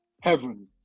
heaven